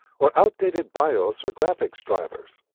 or outdated bios or graphics drivers.